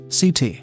CT